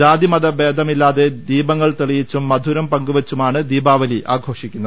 ജാതി മത് ഭേദമില്ലാതെ ദീപങ്ങൾ തെളി യിച്ചും മധുരം പങ്കുവെച്ചുമാണ് ദീപാവലി ആഘോഷിക്കുന്നത്